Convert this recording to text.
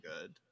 good